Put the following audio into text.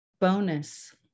bonus